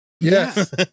Yes